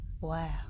Wow